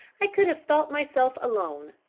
i could have thought myself alone.